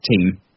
team